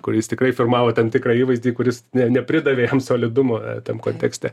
kuris tikrai pirmavo tam tikrą įvaizdį kuris ne nepridavė solidumo e tam kontekste